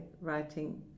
writing